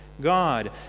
God